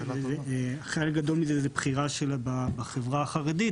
חלק גדול מזה זו בחירה בחברה החרדית,